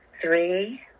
three